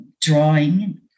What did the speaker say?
drawing